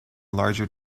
larger